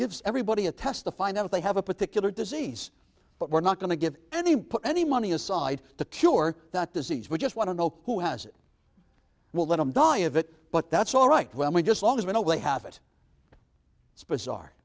gives everybody a test to find out if they have a particular disease but we're not going to give any put any money aside to cure that disease we just want to know who has it we'll let them die of it but that's all right well we just always been away have it it's bizarre